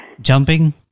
Jumping